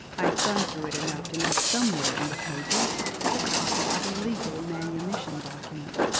i had thumbed through it enough to know somewhere in the pages was a copy of a legal manumission document.